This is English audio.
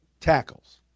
tackles